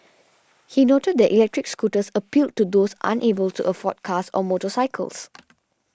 he noted that electric scooters appealed to those unable to afford cars or motorcycles